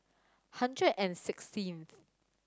hundred and sixteenth